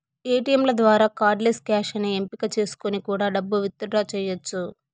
ఏటీయంల ద్వారా cardless cash అనే ఎంపిక చేసుకొని కూడా డబ్బు విత్ డ్రా చెయ్యచ్చు